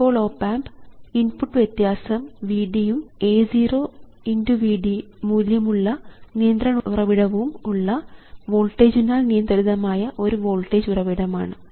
ഇപ്പോൾ op amp input വ്യത്യാസം Vd യും A 0 V d മൂല്യമുള്ള നിയന്ത്രണ ഉറവിടവും ഉള്ള വോൾട്ടേജിനാൽ നിയന്ത്രിതമായ ഒരു വോൾട്ടേജ് ഉറവിടം ആണ്